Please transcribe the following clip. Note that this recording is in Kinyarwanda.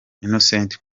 innocent